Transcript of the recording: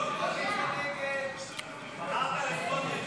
הסתייגות 134 לא